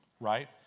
right